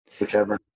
whichever